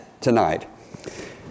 tonight